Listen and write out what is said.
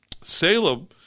Salem